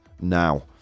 now